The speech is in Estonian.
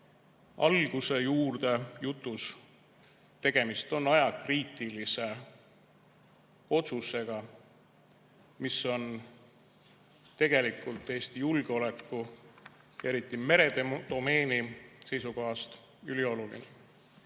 alguse juurde, ütlen, et tegemist on ajakriitilise otsusega, mis on tegelikult Eesti julgeoleku, eriti meredomeeni seisukohast ülioluline.